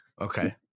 Okay